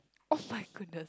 oh-my-goodness